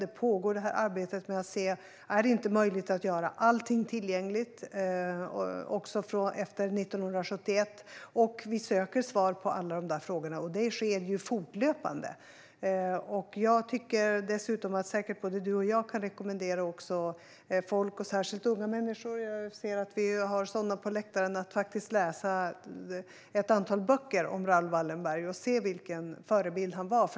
Arbetet pågår med att se om det vore möjligt att göra allting tillgängligt också efter 1971. Vi söker svar på alla dessa frågor, och det sker fortlöpande. Dessutom tycker jag att både Mikael Oscarsson och jag kan rekommendera folk, särskilt unga människor - jag ser att vi har sådana på läktaren - att faktiskt läsa ett antal böcker om Raoul Wallenberg och se vilken förebild han var.